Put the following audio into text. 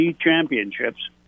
championships